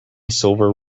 silver